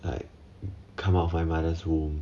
like come out of my mother's womb